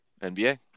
NBA